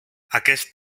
aquest